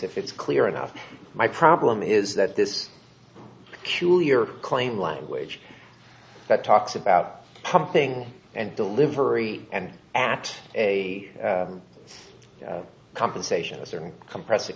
if it's clear enough my problem is that this q your claim language that talks about something and delivery and at a compensation compress